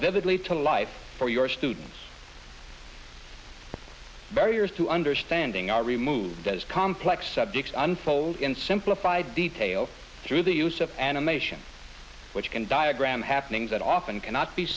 vividly to life for your students the barriers to understanding are removed as complex subjects unfold in simplified detail through the use of animation which can diagram happenings that often cannot be